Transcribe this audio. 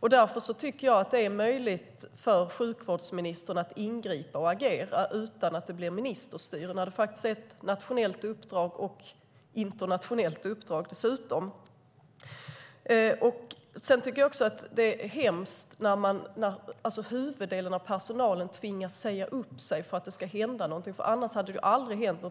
Jag tycker att det är möjligt för sjukvårdsministern att ingripa utan att det blir ministerstyre då det handlar om ett nationellt och dessutom ett internationellt uppdrag. Jag tycker också att det är hemskt när huvuddelen av personalen tvingas säga upp sig för att det ska hända någonting.